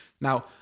now